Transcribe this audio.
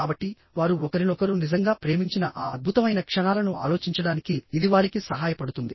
కాబట్టి వారు ఒకరినొకరు నిజంగా ప్రేమించిన ఆ అద్భుతమైన క్షణాలను ఆలోచించడానికి ఇది వారికి సహాయపడుతుంది